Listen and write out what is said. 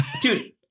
dude